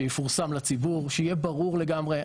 שיהיה מפורסם לציבור שיהיה ברור לגמרי.